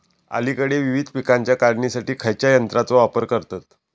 अलीकडे विविध पीकांच्या काढणीसाठी खयाच्या यंत्राचो वापर करतत?